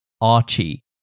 Archie